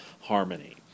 harmony